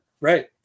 Right